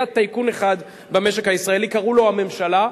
היה טייקון אחד במשק הישראלי, וקראו לו הממשלה.